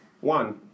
one